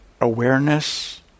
awareness